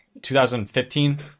2015